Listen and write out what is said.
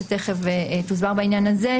שתיכף תוסבר בעניין הזה,